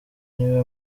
niwe